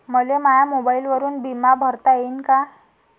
मले माया मोबाईलवरून बिमा भरता येईन का?